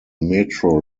metro